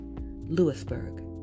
Lewisburg